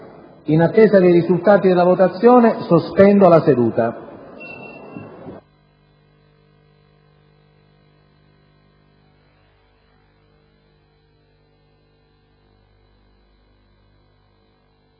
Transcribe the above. In attesa dei risultati della votazione, sospendo la seduta.